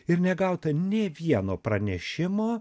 ir negauta nė vieno pranešimo